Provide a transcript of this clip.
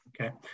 Okay